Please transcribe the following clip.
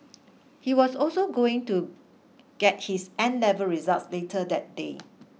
he was also going to get his N Level results later that day